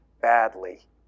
badly